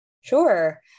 Sure